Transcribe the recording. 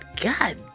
God